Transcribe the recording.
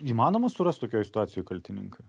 įmanoma surast tokioj situacijoj kaltininką